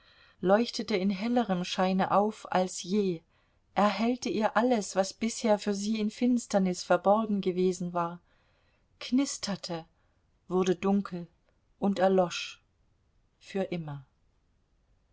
leuchtete in hellerem scheine auf als je erhellte ihr alles was bisher für sie in finsternis verborgen gewesen war knisterte wurde dunkel und erlosch für immer